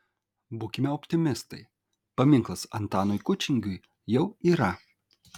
būkime optimistai paminklas antanui kučingiui jau yra